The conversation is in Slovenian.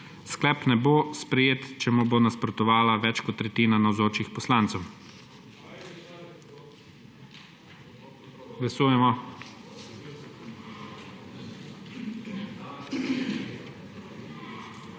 Sklep ne bo sprejet, če mu bo nasprotovala več kot tretjina navzočih poslancev. Glasujemo.